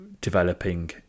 developing